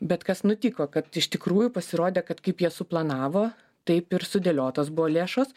bet kas nutiko kad iš tikrųjų pasirodė kad kaip jie suplanavo taip ir sudėliotos buvo lėšos